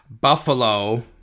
Buffalo